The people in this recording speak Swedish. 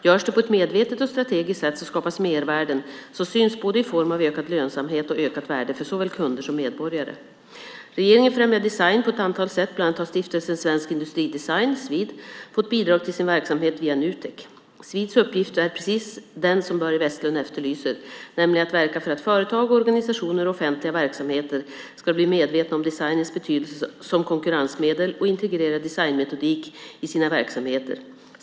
Görs det på ett medvetet och strategiskt sätt skapas mervärden som syns både i form av ökad lönsamhet och ökat värde för såväl kunder som medborgare. Regeringen främjar design på ett antal sätt, bland annat har Stiftelsen Svensk Industridesign, Svid, fått bidrag till sin verksamhet via Nutek. Svids uppgift är precis den som Börje Vestlund efterlyser, nämligen att verka för att företag, organisationer och offentliga verksamheter ska bli medvetna om designens betydelse som konkurrensmedel och integrera designmetodik i sina verksamheter.